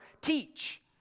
teach